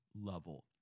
level